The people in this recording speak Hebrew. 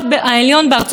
82,